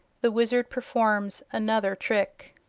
the wizard performs another trick